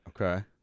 Okay